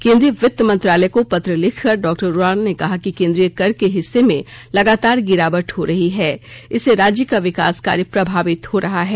केंद्रीय वित्त मंत्रालय को पत्र लिखकर डॉ उरांव ने कहा कि केंद्रीय कर के हिस्से में लगातार गिरावट हो रही है इससे राज्य का विकास कार्य प्रभावित हो रहा है